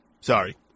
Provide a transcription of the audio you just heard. Sorry